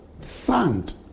Sand